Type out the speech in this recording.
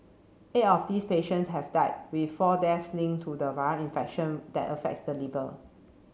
eight of these patients have died with four deaths link to the viral infection that affects the liver